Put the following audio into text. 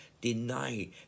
deny